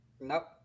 nope